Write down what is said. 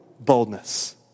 boldness